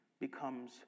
becomes